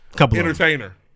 Entertainer